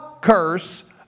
curse